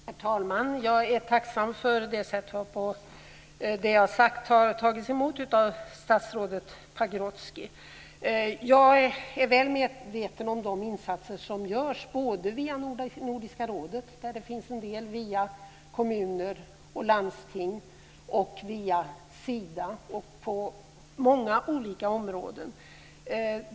Herr talman! Jag är tacksam för det sätt varpå det jag har sagt har tagits emot av statsrådet Pagrotsky. Jag är väl medveten om de insatser som görs både via Nordiska rådet, där det också finns en del via kommuner och landsting, och via Sida. Det sker på många olika områden.